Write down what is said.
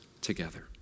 together